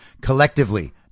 collectively